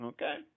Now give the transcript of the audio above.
Okay